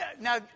Now